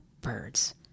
birds